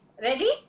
Ready